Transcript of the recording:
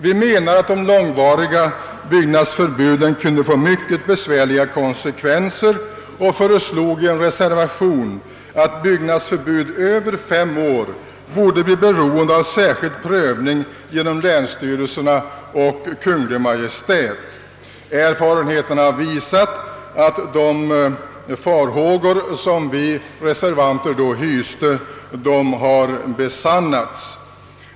Vi menade att de långvariga byggnadsförbuden kunde få mycket besvärliga konsekvenser och föreslog i en reservation att byggnadsförbud över fem år skulle bli beroende av särskild prövning genom =<länsstyrelsen och Kungl. Maj:t. Erfarenheten har visat att de farhågor som vi reservanter då hyste var befogade.